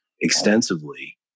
extensively